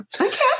Okay